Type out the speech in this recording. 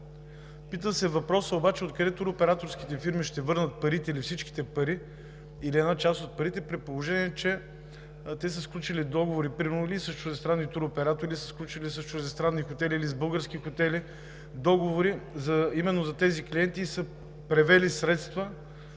парите. Въпросът обаче е: откъде туроператорските фирми ще върнат парите или всичките пари, или една част от парите, при положение че те са сключили договори примерно или с чуждестранни туроператори, или са сключили с чуждестранни хотели, или с български хотели именно за тези клиенти и са превели средства,